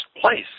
place